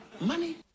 money